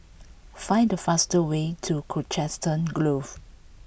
find the fastest way to Colchester Grove